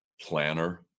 planner